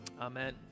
Amen